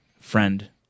friend